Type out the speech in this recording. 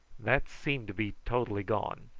that seemed to be totally gone.